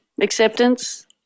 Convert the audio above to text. acceptance